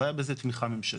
לא היה בזה תמיכה ממשלתית.